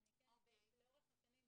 אבל לאורך השנים,